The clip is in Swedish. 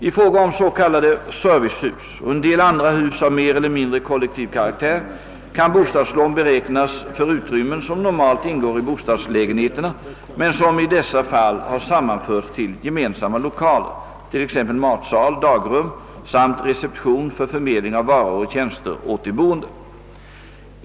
I fråga om s.k. ser: vicehus och en del andra hus av mer eller mindre kollektiv karaktär kan bostadslån beräknas för utrymmen som normalt ingår i bostadslägenheterna men som i dessa fall har sammanförts till gemensamma lokaler, t.ex. matsal, dagrum samt reception för förmedling av varor och tjänster åt de boende.